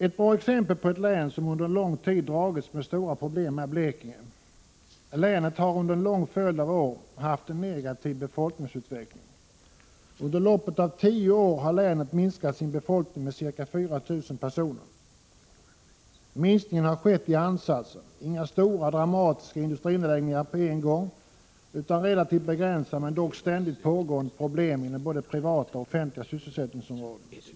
Ett bra exempel på ett län som under lång tid dragits med stora problem är Blekinge. Länet har under en lång följd av år haft en negativ befolkningsutveckling. Under loppet av tio år har länet minskat sin befolkning med ca 4 000 personer. Minskningen har skett i ansatser — inga stora, dramatiska Prot. 1985/86:103 industrinedläggningar på en gång utan relativt begränsade men ständigt 1 april 1986 ågåend blem i både det pri t offentli sselsättningspågående problem inom både det privata och det offentliga sysselsättnings Ons HIA dv en området.